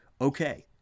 okay